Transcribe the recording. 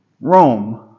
Rome